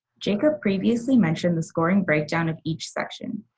jacob previously mentioned the scoring breakdown of each section.